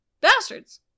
bastards